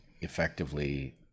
effectively